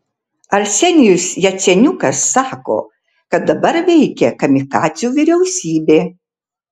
arsenijus jaceniukas sako kad dabar veikia kamikadzių vyriausybė